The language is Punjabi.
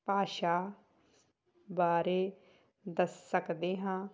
ਭਾਸ਼ਾ ਬਾਰੇ ਦੱਸ ਸਕਦੇ ਹਾਂ